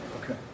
Okay